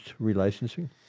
relicensing